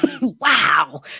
wow